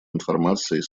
информацией